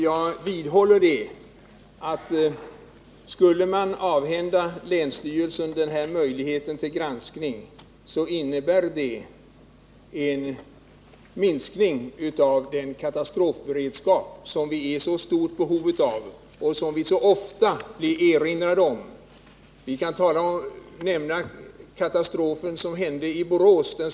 Jag vidhåller att om man skulle avhända länsstyrelsen den här möjligheten till granskning av brandordningarna, innebär det en försvagning av vår katastrofberedskap. Vi är i så stort behov av en god beredskap och blir ofta påminda härom. Som exempel kan bara nämnas den stora hotellbranden i Borås.